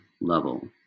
level